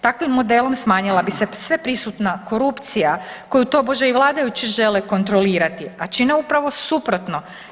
Takvim modelom smanjila bi se sveprisutna korupcija koju tobože i vladajući žele kontrolirati, a čine upravo suprotno.